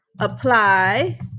apply